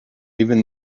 even